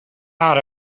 out